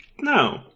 No